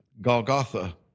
Golgotha